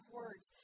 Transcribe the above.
words